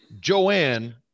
joanne